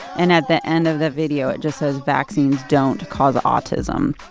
and at the end of the video, it just says vaccines don't cause autism